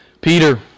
Peter